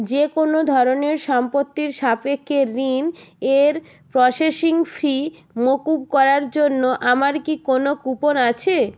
যেকোনও ধরনের সম্পত্তির সাপেক্ষে ঋণ এর প্রসেসিং ফি মকুব করার জন্য আমার কি কোনও কুপন আছে